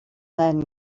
then